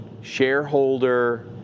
shareholder